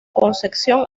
concepción